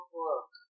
work